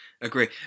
agree